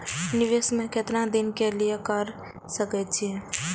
निवेश में केतना दिन के लिए कर सके छीय?